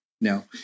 No